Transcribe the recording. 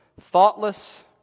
thoughtless